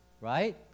right